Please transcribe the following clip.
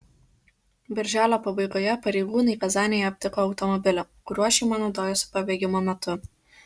birželio pabaigoje pareigūnai kazanėje aptiko automobilį kuriuo šeima naudojosi pabėgimo metu